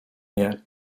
nie